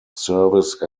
service